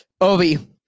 obi